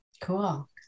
cool